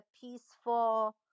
peaceful